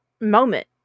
moment